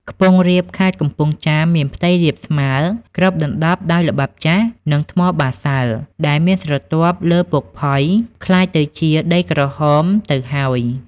ខ្ពង់រាបខេត្តកំពង់ចាមមានផ្ទៃរាបស្មើ គ្របដណ្តប់ដោយល្បាប់ ចាស់ និងថ្មបាសាល់ ដែលមានស្រទាប់លើពុកផុយ ក្លាយទៅជាដីក្រហមទៅ ហើយ ។